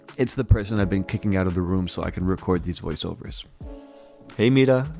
it's the president i've been kicking out of the room so i can record these voice overs hey, mr.